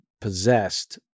possessed